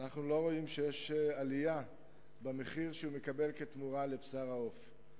אנחנו לא רואים שיש עלייה במחיר שהוא מקבל בתמורה לבשר העוף.